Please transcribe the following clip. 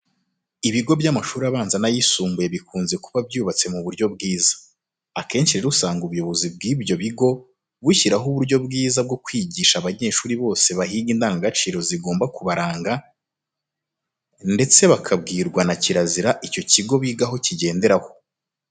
Ibigo by'amashuri abanza n'ayisumbuye bikunze kuba byubatse mu buryo bwiza. Akenshi rero usanga ubuyobozi bw'ibyo bigo bushyiraho uburyo bwiza bwo kwigisha abanyeshuri bose bahiga indangagaciro zigomba kubaranga ndetse bakabwirwa na kirazira icyo kigo bigaho kigenderaho.